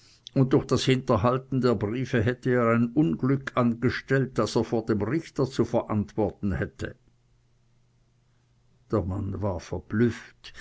und durch das hinterhalten der briefe hatte er ein unglück angestellt das er vor dem richter zu veranworten hätte der mann war verblüfft